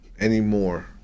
anymore